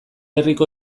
herriko